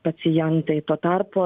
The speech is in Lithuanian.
pacientai tuo tarpu